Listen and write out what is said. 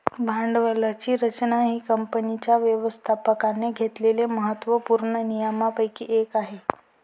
भांडवलाची रचना ही कंपनीच्या व्यवस्थापकाने घेतलेल्या महत्त्व पूर्ण निर्णयांपैकी एक आहे